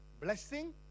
blessing